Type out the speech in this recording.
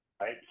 right